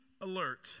alert